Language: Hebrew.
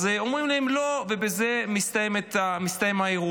אומרים להם: לא, ובזה מסתיים האירוע.